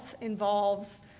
involves